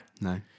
no